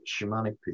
shamanic